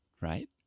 right